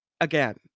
again